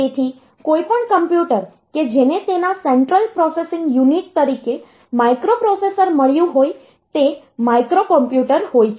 તેથી કોઈપણ કોમ્પ્યુટર કે જેને તેના સેન્ટ્રલ પ્રોસેસિંગ યુનિટ તરીકે માઇક્રોપ્રોસેસર મળ્યું હોય તે માઇક્રોકોમ્પ્યુટર હોય છે